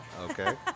okay